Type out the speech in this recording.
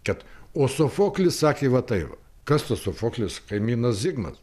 kad o sofoklis sakė va taip va kas tas sofoklis kaimynas zigmas